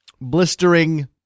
blistering